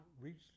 reached